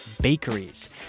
bakeries